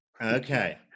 Okay